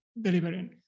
delivering